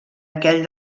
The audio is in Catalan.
aquell